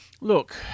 look